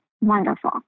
wonderful